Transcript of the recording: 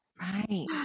right